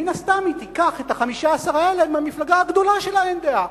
מן הסתם היא תיקח את ה-15 האלה מהמפלגה הגדולה של ה"אין דעה".